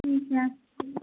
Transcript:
ٹھیک ہے